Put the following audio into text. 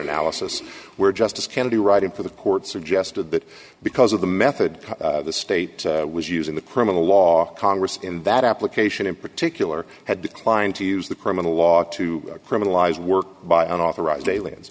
analysis where justice kennedy writing for the court suggested that because of the method the state was using the criminal law congress in that application in particular had declined to use the criminal law to criminalize work by an authorized aliens